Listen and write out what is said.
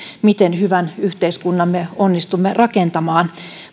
miten hyvän yhteiskunnan me onnistumme rakentamaan